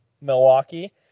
Milwaukee